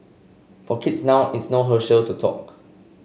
for kids now it's no Herschel no talk